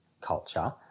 culture